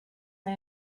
mai